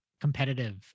competitive